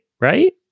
Right